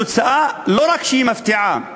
התוצאה לא רק שהיא מפתיעה לרעה,